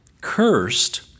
Cursed